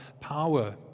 power